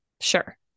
Sure